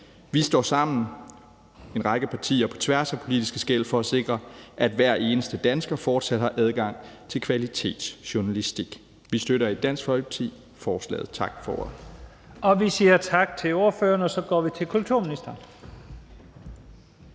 Vi står sammen, en række partier på tværs af politiske skel, for at sikre, at hver eneste dansker fortsat har adgang til kvalitetsjournalistik. Vi støtter i Dansk Folkeparti